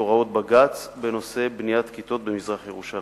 הוראות בג"ץ בנושא בניית כיתות במזרח-ירושלים.